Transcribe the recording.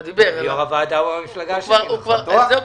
אני גם